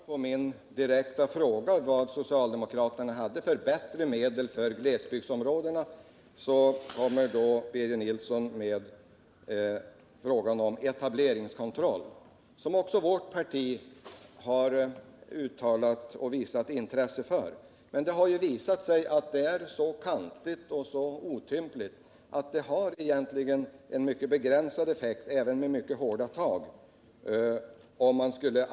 Herr talman! Som svar på min direkta fråga om vilka effektivare medel socialdemokraterna har att sätta in för glesbygdsområdena nämner Birger Nilsson etableringskontroll, något som också vårt parti har uttalat och ådagalagt ett intresse för. Men detta medel har visat sig vara så kantigt och otympligt att det har en mycket begränsad effekt, även om man tar till mycket hårda tag.